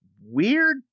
weird